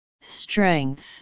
strength